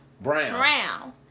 Brown